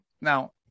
now